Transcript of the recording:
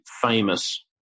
famous